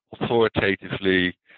authoritatively